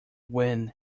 win